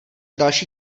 další